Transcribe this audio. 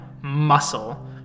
muscle